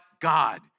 God